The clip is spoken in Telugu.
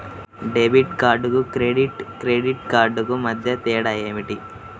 డెబిట్ కార్డుకు క్రెడిట్ క్రెడిట్ కార్డుకు మధ్య తేడా ఏమిటీ?